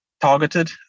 targeted